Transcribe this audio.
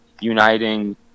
uniting